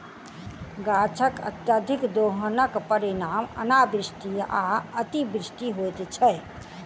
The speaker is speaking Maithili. गाछकअत्यधिक दोहनक परिणाम अनावृष्टि आ अतिवृष्टि होइत छै